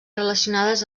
relacionades